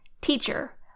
Teacher